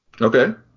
Okay